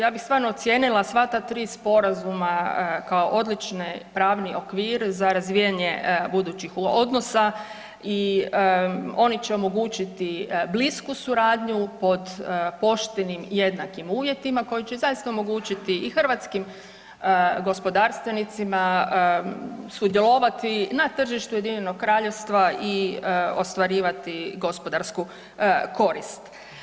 Ja bi stvarno ocijenila sva ta 3 sporazuma kao odlične, pravni okvir za razvijanje budućih odnosa i oni će omogućiti blisku suradnju pod poštenim i jednakim uvjetima koji će zaista omogućiti i hrvatskim gospodarstvenicima sudjelovati na tržištu Ujedinjenog kraljevstva i ostvarivati gospodarsku korist.